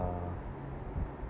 ah